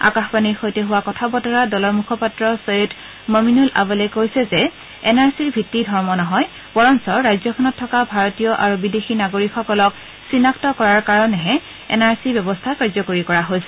আকাশবাণীৰ সৈতে হোৱা কথা বতৰাত দলৰ মুখপাত্ৰ ছৈয়দ মমিনুল আৱলে কৈছে যে এন আৰ চিৰ ভিত্তি ধৰ্ম নহয় বৰঞ্চ ৰাজ্যখনত থকা ভাৰতীয় আৰু বিদেশী নাগৰিকসকলক চিনাক্ত কৰাৰ কাৰণেহে এন আৰ চি ব্যৱস্থাৰ কাৰ্যকৰী কৰা হৈছে